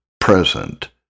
present